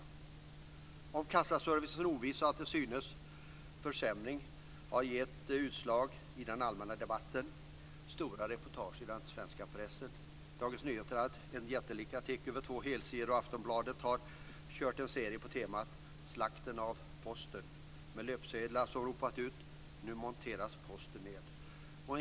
Ovissheten kring kassaservicen och dess, som det synes, försämring har gett utslag i den allmänna debatten med stora reportage i svensk press. Dagens Nyheter har haft en jättelik artikel över två helsidor, och Aftonbladet har haft en serie på temat "Slakten av Posten" med löpsedlar som ropat ut: "Nu monteras Posten ned".